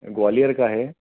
ग्वालियर का है